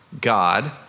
God